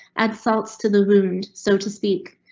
add salt to the wound, so to speak.